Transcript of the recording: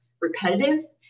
repetitive